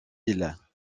îles